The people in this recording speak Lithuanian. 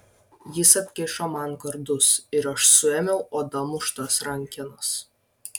jis atkišo man kardus ir aš suėmiau oda muštas rankenas